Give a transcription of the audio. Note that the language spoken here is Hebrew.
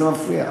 זה מפריע.